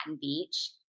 Beach